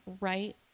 right